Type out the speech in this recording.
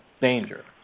danger